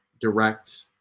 direct